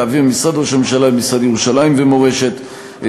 להעביר ממשרד ראש הממשלה למשרד ירושלים ומורשת את